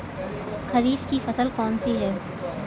खरीफ की फसल कौन सी है?